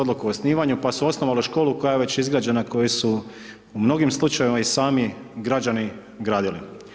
o osnivanju, pa su osnovali školu koja je već izgrađena, koju su u mnogim slučajevima i sami građani gradili.